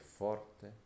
forte